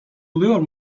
oluyor